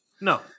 No